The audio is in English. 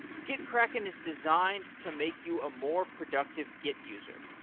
gitkraken is designed to make you a more productive git user.